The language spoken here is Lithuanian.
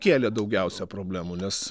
kėlė daugiausia problemų nes